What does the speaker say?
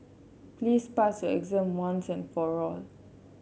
please pass your exam once and for all